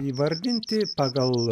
įvardinti pagal